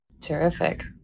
Terrific